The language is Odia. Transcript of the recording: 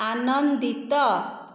ଆନନ୍ଦିତ